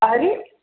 अरे